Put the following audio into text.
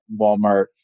Walmart